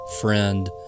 friend